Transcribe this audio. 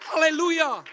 Hallelujah